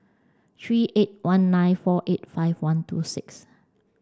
three eight one nine four eight five one two six